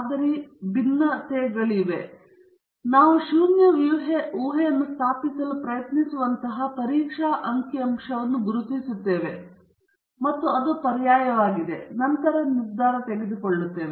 ಆದ್ದರಿಂದ ನಾವು ಶೂನ್ಯ ಊಹೆಯನ್ನು ಸ್ಥಾಪಿಸಲು ಪ್ರಯತ್ನಿಸುವಂತಹ ಪರೀಕ್ಷಾ ಅಂಕಿಅಂಶವನ್ನು ಗುರುತಿಸುತ್ತೇವೆ ಅಥವಾ ಅದು ಪರ್ಯಾಯವಾಗಿದೆ ಮತ್ತು ನಂತರ ನಿರ್ಧಾರ ತೆಗೆದುಕೊಳ್ಳುತ್ತದೆ